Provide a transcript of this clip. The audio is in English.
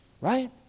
Right